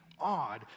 odd